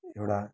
एउटा